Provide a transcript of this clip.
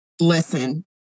Listen